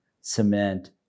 cement